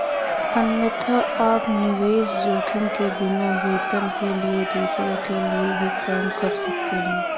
अन्यथा, आप निवेश जोखिम के बिना, वेतन के लिए दूसरों के लिए भी काम कर सकते हैं